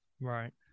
Right